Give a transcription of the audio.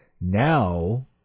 Now